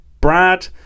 ...Brad